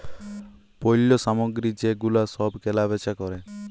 পল্য সামগ্রী যে গুলা সব কেলা বেচা ক্যরে